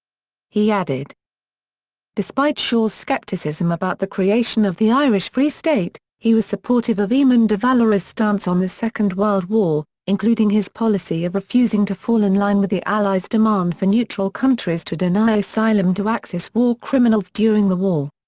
he added despite shaw's scepticism about the creation of the irish free state, he was supportive of eamon de valera's stance on the second world war, including his policy of refusing to fall in line with the allies' demand for neutral countries to deny asylum to axis war criminals during the war.